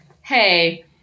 hey